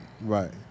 Right